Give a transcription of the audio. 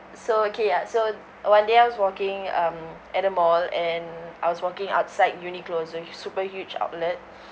so okay uh so one day I was walking um at a mall and I was walking outside Uniqlo it's like super huge outlet